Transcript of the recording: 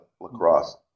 lacrosse